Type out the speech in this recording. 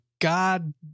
god